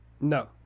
No